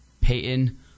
Peyton